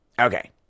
Okay